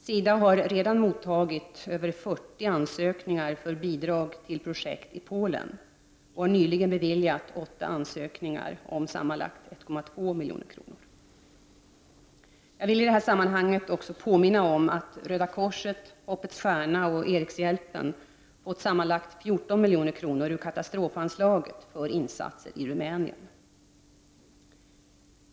SIDA har redan mottagit över 40 ansökningar för bidrag till projekt i Polen och har nyligen beviljat 8 ansökningar om sammanlagt 1,2 milj.kr. Jag vill i detta sammanhang också påminna om att Röda korset, Hoppets stjärna och Erikshjälpen fått sammantaget 14 milj.kr. ur katastrofanslaget för insatser i Rumänien.